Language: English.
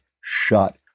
shut